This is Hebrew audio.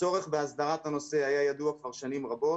הצורך בהסדרת הנושא היה ידוע כבר שנים רבות,